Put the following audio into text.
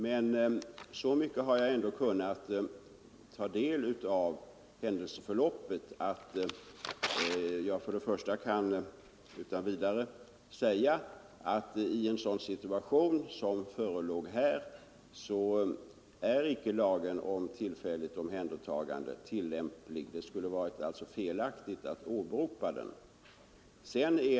Men så mycket känner jag ändå till händelseförloppet att jag utan vidare kan säga att i en sådan situation som här förelåg är lagen om tillfälligt omhändertagande icke tillämplig. Det skulle alltså ha varit felaktigt att åberopa denna lag.